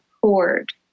cord